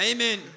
Amen